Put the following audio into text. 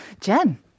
Jen